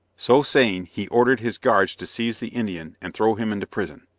so saying, he ordered his guards to seize the indian and throw him into prison.